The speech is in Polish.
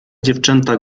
dziewczęta